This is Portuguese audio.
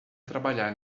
trabalhar